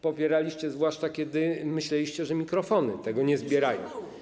Popieraliście to, zwłaszcza kiedy myśleliście, że mikrofony tego nie zbierają.